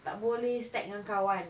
tak boleh stack dengan kawan